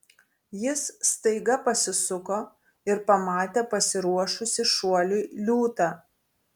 jis staiga pasisuko ir pamatė pasiruošusį šuoliui liūtą